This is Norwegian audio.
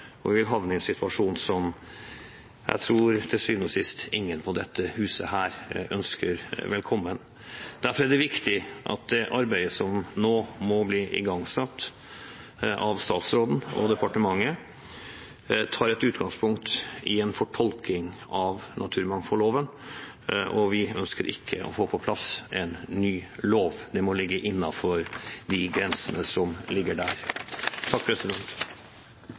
og vi vil havne i en situasjon som jeg tror – til syvende og sist – ingen på dette huset ønsker velkommen. Derfor er det viktig at det arbeidet som nå må bli igangsatt av statsråden og departementet, tar utgangspunkt i en fortolking av naturmangfoldloven. Vi ønsker ikke å få på plass en ny lov. Det må ligge innenfor de grensene som er der.